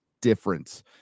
difference